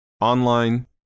online